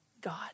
God